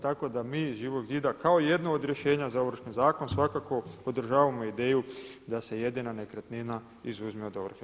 Tako da mi iz Živog zida kao jednu od rješenja za Ovršni zakon svakako podržavamo ideju da se jedina nekretnina izuzme od ovrhe.